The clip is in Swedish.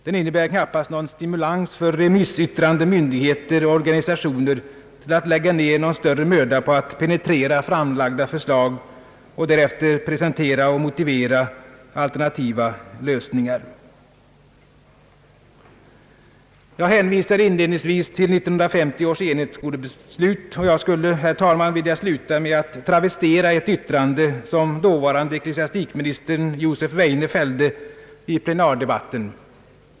Den innebär knappast någon stimulans för remissyttrande myndigheter och organisationer att lägga ned någon större möda på att penetrera framlagda förslag och att därefter presentera och motivera alternativa lösningar. Jag hänvisade inledningsvis till 1950 års enhetsskoledebatt, och jag skulle, herr talman, vilja sluta med att travestera ett yttrande som dåvarande ecklesiastikminister Josef Weijne fällde i plenardebatten.